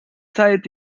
zeit